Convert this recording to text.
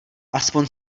aspoň